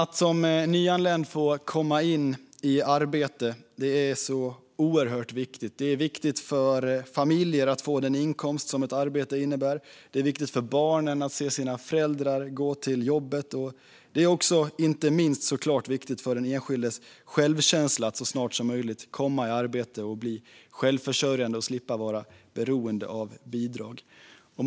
Att som nyanländ få komma in i arbete är oerhört viktigt. Det är viktigt för familjer att få den inkomst som ett arbete innebär. Det är viktigt för barnen att se sina föräldrar gå till jobbet. Och inte minst är det såklart viktigt för den enskildes självkänsla att så snart som möjligt komma i arbete och bli självförsörjande och slippa vara beroende av bidrag.